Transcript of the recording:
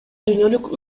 дүйнөлүк